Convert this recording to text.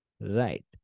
Right